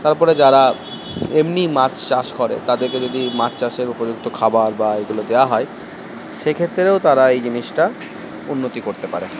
তারপরে যারা এমনি মাছ চাষ করে তাদেরকে যদি মাছ চাষের উপযুক্ত খাবার বা এইগুলো দেওয়া হয় সে ক্ষেত্রেও তারা এই জিনিসটা উন্নতি করতে পারে